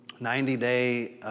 90-day